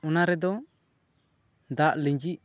ᱚᱱᱟ ᱨᱮᱫᱚ ᱫᱟᱜ ᱞᱤᱡᱤᱜ